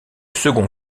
second